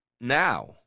now